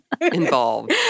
involved